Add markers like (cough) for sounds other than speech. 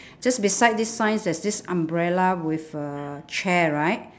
(breath) just beside this signs there's this umbrella with a chair right